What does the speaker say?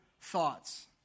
thoughts